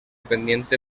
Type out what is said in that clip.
pendiente